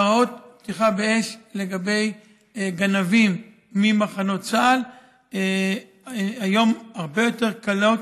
והוראות הפתיחה באש לגבי גנבים ממחנות צה"ל הן הרבה יותר קלות,